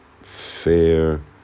fair